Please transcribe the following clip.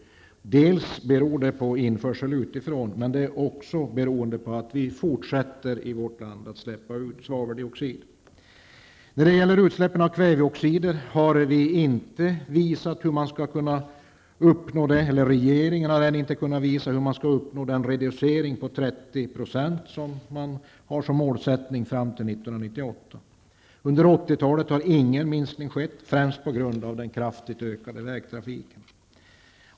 Detta beror dels på införsel utifrån, dels på att vi i vårt land fortsätter att släppa ut svaveldioxid. Regeringen har ännu inte kunnat visa hur man fram till 1998 skall uppnå målet att reducera utsläppen av kväveoxider med 30 %. Under 80-talet har ingen minskning skett, främst på grund av den kraftigt ökade vägtrafiken.